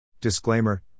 Disclaimer